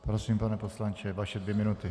Prosím, pane poslanče, vaše dvě minuty.